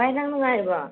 ꯚꯥꯏ ꯅꯪ ꯅꯨꯡꯉꯥꯏꯔꯤꯕꯣ